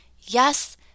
Yes